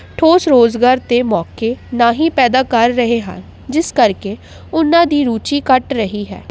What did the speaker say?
ਠੋਸ ਰੁਜ਼ਗਾਰ ਅਤੇ ਮੌਕੇ ਨਾ ਹੀ ਪੈਦਾ ਕਰ ਰਹੇ ਹਨ ਜਿਸ ਕਰਕੇ ਉਹਨਾਂ ਦੀ ਰੁਚੀ ਘੱਟ ਰਹੀ ਹੈ